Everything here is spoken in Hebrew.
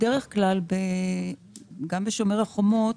בדרך כלל, גם בשומר החומות,